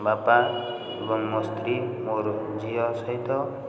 ବାପା ଏବଂ ମୋ ସ୍ତ୍ରୀ ମୋର ଝିଅ ସହିତ